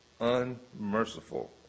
unmerciful